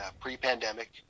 pre-pandemic